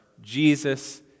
Jesus